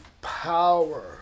power